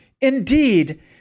Indeed